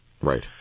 Right